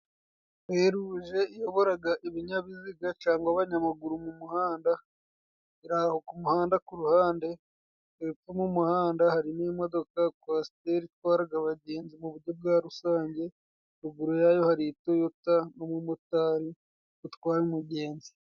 Feruje iyoboraga ibinyabiziga cyangwa abanyamaguru mu muhanda kumuhanda kuruhande hepfo mumuhanda harimo kwasiteri itwaraga abagenzi muburyo bwa rusange ruguru yayo hari i toyota n'umumotari utwaye umugenzi.